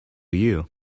you